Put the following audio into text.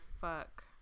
fuck